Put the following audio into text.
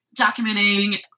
documenting